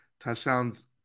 touchdowns